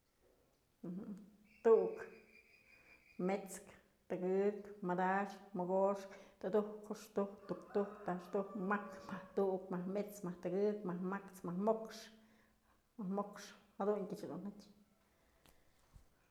Tu'uk, mets'kë, tëgëk, madaxkë, mogoxkë, tudujkë, juxtujkë, tuktujk, taxtujk, majkë, majk tu'uk, majk mets'kë, majk mets'kë tëgëk, majk ma'ax, majk mo'ox jaduntyë dun jatyë.